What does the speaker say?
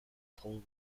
toll